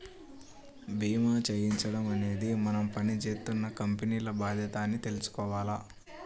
భీమా చేయించడం అనేది మనం పని జేత్తున్న కంపెనీల బాధ్యత అని తెలుసుకోవాల